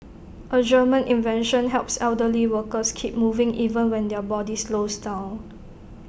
A German invention helps elderly workers keep moving even when their body slows down